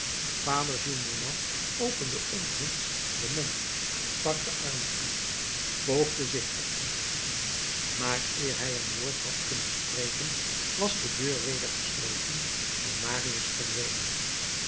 vader gillenormand opende onthutst den mond stak de armen uit poogde zich op te richten maar eer hij een woord had kunnen spreken was de deur weder gesloten en marius verdwenen